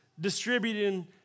distributing